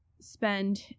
spend